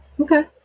Okay